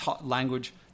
language